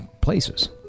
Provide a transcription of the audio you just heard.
places